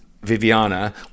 Viviana